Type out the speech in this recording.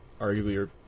arguably